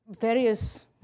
various